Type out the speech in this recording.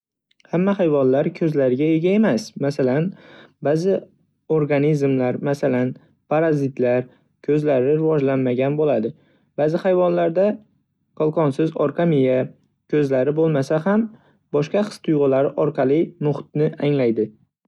Hamma hayvonlar ko'zlariga ega emas. Masalan, ba'zi organizmlar, masalan, parazitlar, ko'zlarni rivojlanmagan bo'ladi. Ba'zi hayvonlarda qalqonsiz orqa miya, ko'zlari bo'lmasa ham, boshqa his-tuyg'ulari orqali muhitni anglaydi.